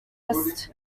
west